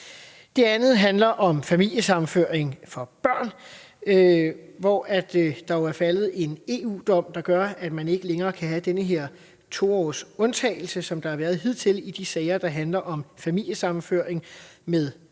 Det andet handler om familiesammenføring for børn. Der er faldet en EU-dom, der gør, at man ikke længere kan have den her 2-årsundtagelse, der har været hidtil i de sager, der handler om familiesammenføring med børn,